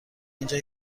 اینجا